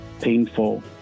painful